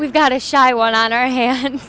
we've got a shy one on our hands